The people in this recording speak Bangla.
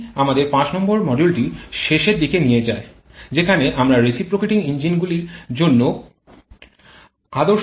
এটি আমাদের ৫ নং মডিউলটির শেষের দিকে নিয়ে যায় যেখানে আমরা রিসিপোক্রেটিং ইঞ্জিনগুলির জন্য আদর্শ চক্র সম্পর্কে আলোচনা করেছি